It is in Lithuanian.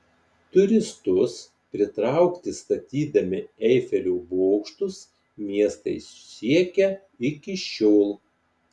turistus pritraukti statydami eifelio bokštus miestai siekia iki šiol